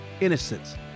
innocence